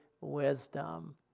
wisdom